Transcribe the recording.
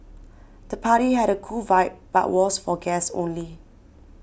the party had a cool vibe but was for guests only